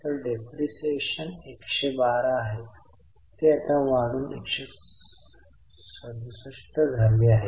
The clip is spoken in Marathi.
तर डेप्रिसिएशन 112 आहे ती आता वाढून 167 झाली आहे